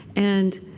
and,